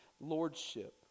lordship